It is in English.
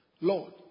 Lord